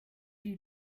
you